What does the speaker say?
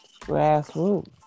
Grassroots